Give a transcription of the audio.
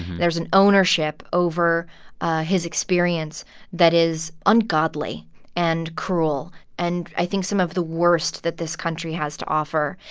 there's an ownership over his experience that is ungodly and cruel and i think some of the worst that this country has to offer.